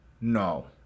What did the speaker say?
no